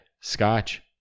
scotch